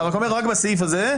אתה אומר רק בסעיף הזה.